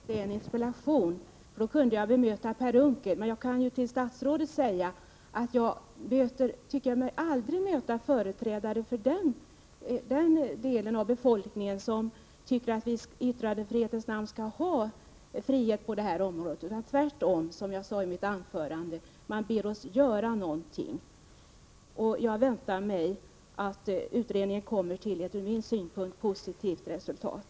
Herr talman! Det är skada att detta inte är en interpellationsdebatt, för då hade jag kunnat bemöta Per Unckel. Men jag kan säga till statsrådet att jag aldrig tycker mig möta företrädare för den del av befolkningen som anser att viiyttrandefrihetens namn skall ha frihet på det här området. Tvärtom möter jag, som jag sade i mitt förra anförande, människor som ber att vi skall göra någonting åt detta. Jag väntar mig att utredningen kommer fram till ett från min synpunkt positivt resultat.